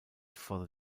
for